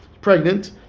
pregnant